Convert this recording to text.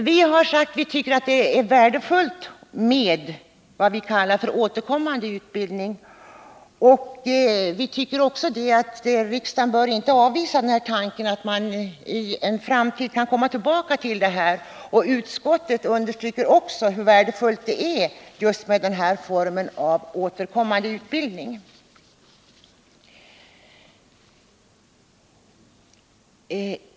Vi tycker att det är värdefullt med vad vi kallar för återkommande utbildning, och vi anser att riksdagen inte bör avvisa tanken att man i en framtid kan vilja komma tillbaka till utbildning. Utskottet understryker också hur värdefullt det är med denna form av återkommande utbildning.